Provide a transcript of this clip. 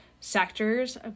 sectors